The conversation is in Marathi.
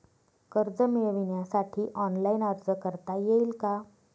कर्ज मिळविण्यासाठी ऑनलाइन अर्ज करता येईल का?